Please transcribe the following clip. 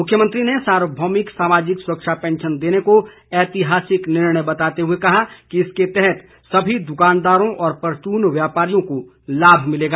मुख्यमंत्री ने सार्वभौमिक सामाजिक सुरक्षा पैंशन देने को ऐतिहासिक निर्णय बताते हुए कहा कि इसके तहत सभी दुकानदारों और परचून व्यापारियों को लाभ मिलेगा